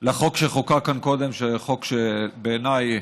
לחוק שחוקק כאן קודם חוק שבעיניי הוא